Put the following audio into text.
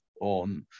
On